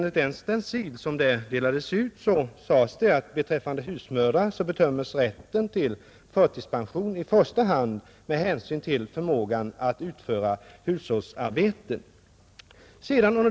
I en stencil som då delades ut sades att beträffande husmödrar bedöms rätten till förtidspension i första hand med hänsyn till förmågan att utföra hushållsarbete.